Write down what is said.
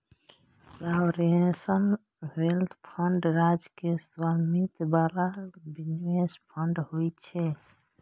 sovereign wealth fund राज्य के स्वामित्व बला निवेश फंड होइ छै